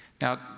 Now